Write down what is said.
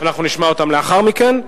אנחנו נשמע אותם לאחר מכן.